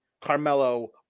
Carmelo